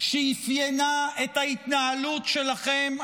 שאפיינה את ההתנהלות שלכם,